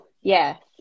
Yes